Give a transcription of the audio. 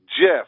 Jeff